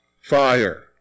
Fire